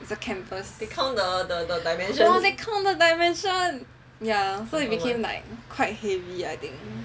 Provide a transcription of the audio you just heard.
it's a canvas ya they count the dimension ya so it became quite heavy I think